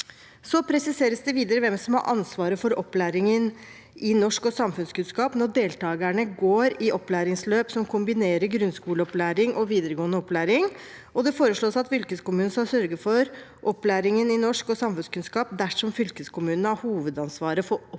Så presiseres det videre hvem som har ansvaret for opplæringen i norsk og samfunnskunnskap når deltagerne går i opplæringsløp som kombinerer grunnskoleopplæring og videregående opplæring. Det foreslås at fylkeskommunen skal sørge for opplæringen i norsk og samfunnskunnskap dersom fylkeskommunen har hovedansvaret for opplæringstilbudet